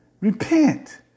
Repent